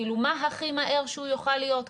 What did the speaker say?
מה הכי מהר שהוא יוכל להיות כאן?